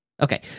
Okay